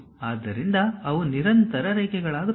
ಆದ್ದರಿಂದ ಅವು ನಿರಂತರ ರೇಖೆಗಳಾಗುತ್ತವೆ